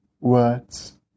words